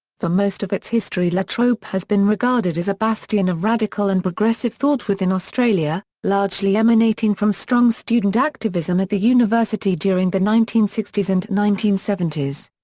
for most of its history la trobe has been regarded as a bastion of radical and progressive thought within australia, largely emanating from strong student activism at the university during the nineteen sixty s and nineteen seventy s.